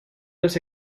los